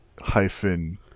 hyphen